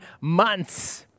months